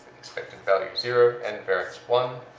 expected value zero and variance one,